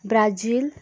Brazil